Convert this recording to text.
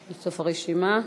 בסוף הרשימה.